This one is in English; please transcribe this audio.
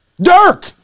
Dirk